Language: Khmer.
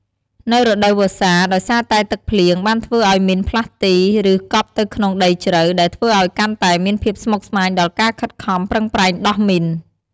នៅរដូវវស្សា ដោយសារតែទឹកភ្លៀង បានធ្វើឱ្យមីនផ្លាស់ទី ឬ កប់ទៅក្នុងដីជ្រៅ ដែលធ្វើឱ្យកាន់តែមានភាពស្មុគស្មាញដល់ការខិតខំប្រឹងប្រែងដោះមីន។